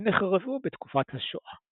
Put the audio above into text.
שנחרבו בתקופת השואה.